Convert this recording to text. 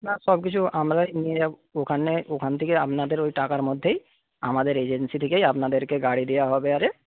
না সব কিছু আমরাই নিয়ে যাব ওখানে ওখান থেকে আপনাদের ওই টাকার মধ্যেই আমাদের এজেন্সি থেকেই আপনাদেরকে গাড়ি দেওয়া হবে আরে